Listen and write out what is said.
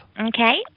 Okay